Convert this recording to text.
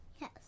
Yes